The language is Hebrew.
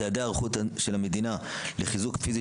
צעדי ההיערכות של המדינה לחיזוק פיזי